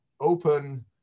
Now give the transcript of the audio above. open